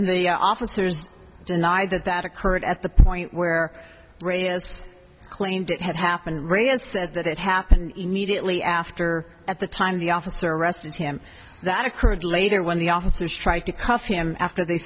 the officers deny that that occurred at the point where reyes claimed it had happened radio said that it happened immediately after at the time the officer arrested him that occurred later when the officers tried to cuff him after they